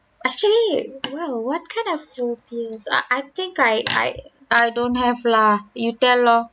actually well what kind of phobias uh I think I I I don't have lah you tell lor